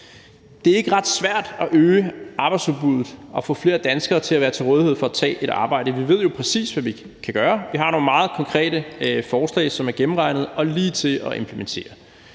Det er ikke ret svært at øge arbejdsudbuddet og få flere danskere til at være til rådighed for at tage et arbejde. Vi ved jo præcis, hvad vi kan gøre. Vi har nogle meget konkrete forslag, som er gennemregnet og lige til at implementere.